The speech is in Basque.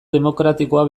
demokratikoa